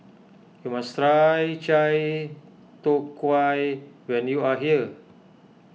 you must try Chai Tow Kuay when you are here